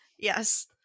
Yes